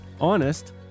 honest